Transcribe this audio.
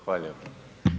Hvala lijepa.